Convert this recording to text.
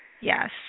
Yes